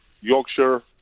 Yorkshire